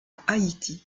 haïti